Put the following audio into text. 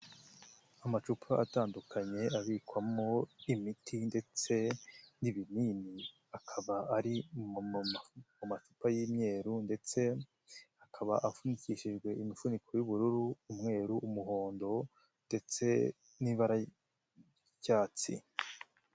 Amacupa atandukanye abikwamo imiti ndetse n'ibinini akaba ari mu macupa y'imyeru ndetse akaba afunikishijwe imifuniko y'ubururu, umweru, umuhondo ndetse n'ibara ry'icyatsi.